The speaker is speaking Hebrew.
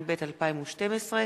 התשע"ב 2012,